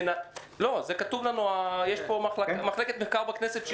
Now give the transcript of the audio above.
זה כתוב לנו במסמך שהכין מרכז המחקר והמידע של הכנסת.